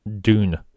Dune